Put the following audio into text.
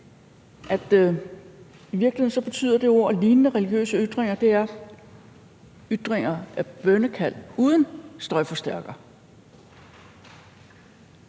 at i virkeligheden betyder ordene lignende religiøse ytringer, at det er bønnekald uden højtalerforstærking.